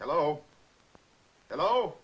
hello hello